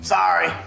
Sorry